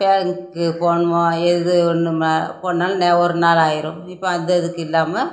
பேங்க்கு போகணுமோ எது ஒன்று போகணும்னாலும் ஒரு நாள் ஆகிரும் இப்போ அந்த இதுக்கு இல்லாமல்